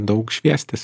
daug šviestis